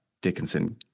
dickinson